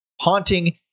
haunting